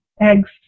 eggs